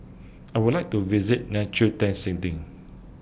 I Would like to visit Liechtenstein